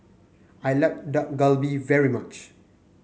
I like Dak Galbi very much